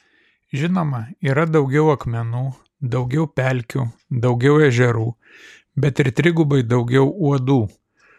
žinoma yra daugiau akmenų daugiau pelkių daugiau ežerų bet ir trigubai daugiau uodų